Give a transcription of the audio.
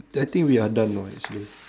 I think we are done know actually